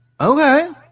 okay